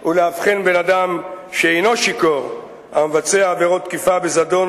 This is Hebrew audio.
ולהבחין בין אדם שאינו שיכור המבצע עבירות תקיפה בזדון,